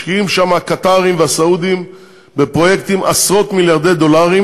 משקיעים שם הקטארים והסעודים בפרויקטים עשרות-מיליארדי דולרים,